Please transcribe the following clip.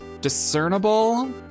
discernible